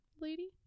lady